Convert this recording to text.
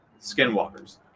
skinwalkers